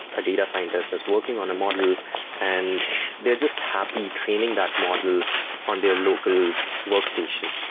a data scientist is working on a model and they are just happy training that model on their local workstation.